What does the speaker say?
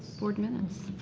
board minutes.